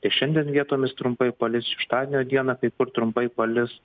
tik šiandien vietomis trumpai palis šeštadienio dieną kai kur trumpai palis